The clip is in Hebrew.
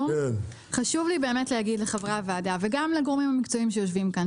חשוב לי להגיד לחברי הוועדה וגם לגורמים המקצועיים שיושבים כאן,